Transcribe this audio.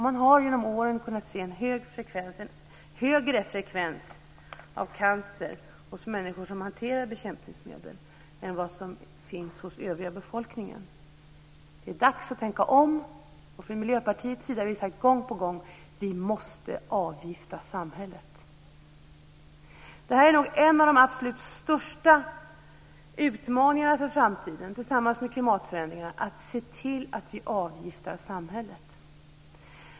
Man har genom åren kunnat se en högre frekvens av cancer hos människor som hanterar bekämpningsmedel än hos den övriga befolkningen. Det är dags att tänka om. Från Miljöpartiets sida har vi sagt gång på gång: Vi måste avgifta samhället! Detta är en av de absolut största utmaningarna inför framtiden tillsammans med klimatförändringarna. Vi måste se till att vi avgiftar samhället.